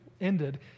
ended